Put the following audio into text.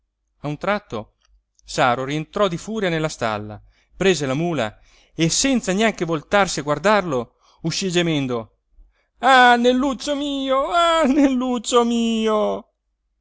tratto saro rientrò di furia nella stalla prese la mula e senza neanche voltarsi a guardarlo uscí gemendo ah neluccio mio ah neluccio mio